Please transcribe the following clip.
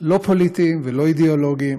לא פוליטיים ולא אידיאולוגיים